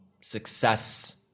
success